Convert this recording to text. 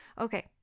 okay